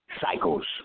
cycles